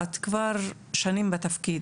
את כבר שנים בתפקיד